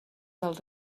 del